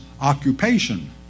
occupation